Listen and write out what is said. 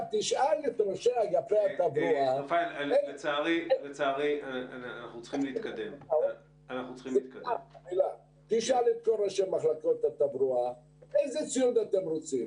תשאל את ראשי אגפי התברואה איזה ציוד הם רוצים,